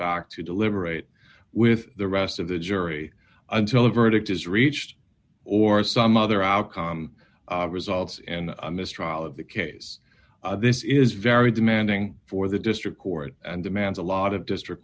back to deliberate with the rest of the jury until a verdict is reached or some other outcome results and a mistrial of the case this is very demanding for the district court and demand a lot of district